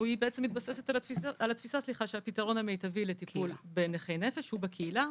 והיא מתבססת על התפיסה שהפתרון המיטבי לטיפול בנכי נפש הוא בקהילה,